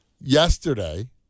yesterday